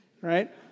right